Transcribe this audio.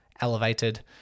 elevated